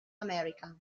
america